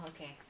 okay